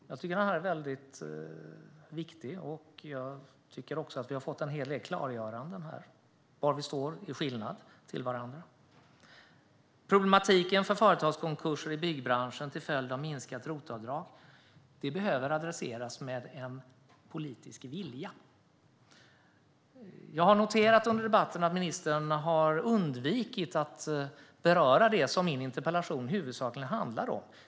Herr talman! Tack för debatten! Jag tycker att den är mycket viktig och att vi har fått en hel del klargöranden av var vi står i förhållande till varandra. Problematiken med företagskonkurser i byggbranschen till följd av minskat ROT-avdrag behöver adresseras med en politisk vilja. Jag har noterat under debatten att ministern har undvikit att beröra det som min interpellation huvudsakligen handlar om.